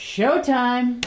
Showtime